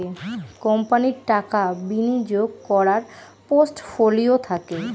কোম্পানির টাকা বিনিয়োগ করার পোর্টফোলিও থাকে